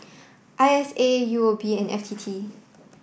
I S A U O B and F T T